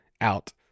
out